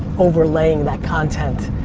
overlaying that content.